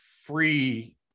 free